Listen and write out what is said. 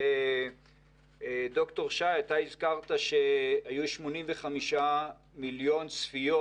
אי אפשר ב-2012 להוריד מגדל כזה מבלי שיבנה על ידי שירות הביטחון הכללי,